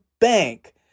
bank